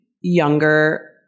younger